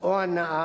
או הנאה,